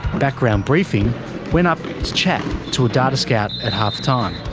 background briefing went up to chat to a data scout at half time.